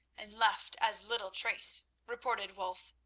and left as little trace, reported wulf.